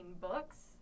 books